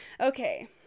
Okay